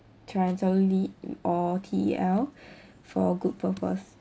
tetraethyl lead or T_E_L for a good purpose